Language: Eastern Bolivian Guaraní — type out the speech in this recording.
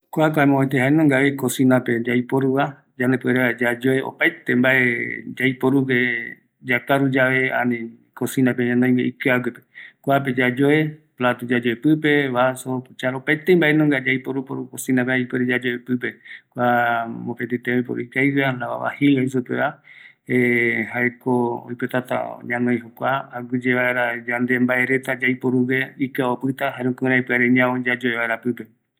﻿Kuako jae mopeti jaenungavi cosinape yaiporuva, yandepuere vaera yayoe opaete mbae yaiporugue yakaruyae, ani cosinape ñanoigue ikiague, kuape yayoe plato yayoe pipe, vaso, kuchara opaete mbae nunga yaiporu poru cosinapepeva ipere yayoe pipe, kua mopeti tembiporu ikavigueva lavavagilla jei supeva jaeko oipotata ñanoi jokua aguiye vaera yande mbae reta yaiporugue ikia opita jukurai ipuere vaera piareñavo yayoe vaera pipe